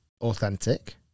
authentic